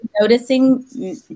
noticing